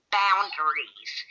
boundaries